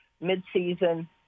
mid-season